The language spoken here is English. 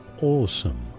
awesome